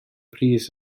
pris